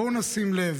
בואו נשים לב,